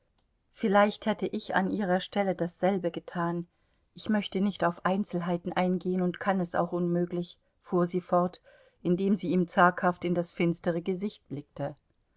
vielleicht hätte ich an ihrer stelle dasselbe getan ich möchte nicht auf einzelheiten eingehen und kann es auch unmöglich fuhr sie fort indem sie ihm zaghaft in das finstere gesicht blickte